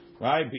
right